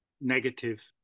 negative